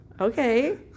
Okay